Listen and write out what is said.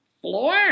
floor